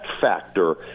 factor